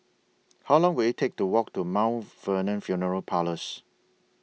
How Long Will IT Take to Walk to Mount Vernon Funeral Parlours